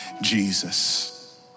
Jesus